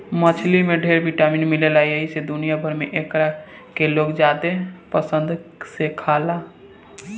मछली में ढेर विटामिन मिलेला एही से दुनिया भर में एकरा के लोग ज्यादे पसंद से खाला